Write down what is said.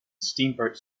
steamboat